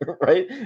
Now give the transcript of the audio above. right